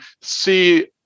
see